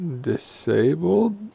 Disabled